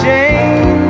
Jane